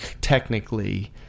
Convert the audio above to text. technically